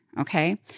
Okay